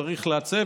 שצריך לעצב,